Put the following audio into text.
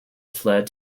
fled